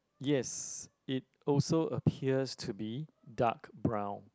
yes it also appears to be dark brown